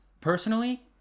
personally